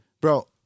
bro